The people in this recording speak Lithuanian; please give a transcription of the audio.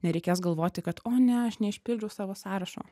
nereikės galvoti kad o ne aš neišpildžiau savo sąrašo